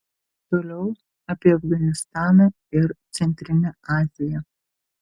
toliau apie afganistaną ir centrinę aziją